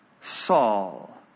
Saul